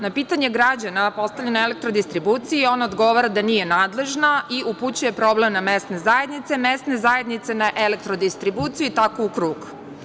Na pitanje građana postavljeno Elektrodistribuciji, ona odgovora da nije nadležna i upućuje problem na mesne zajednice a mesne zajednice na Elektrodistribuciju i tako u krug.